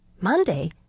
Monday